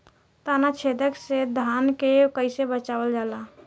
ताना छेदक से धान के कइसे बचावल जाला?